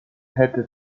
hätte